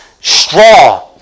straw